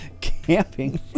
Camping